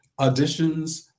auditions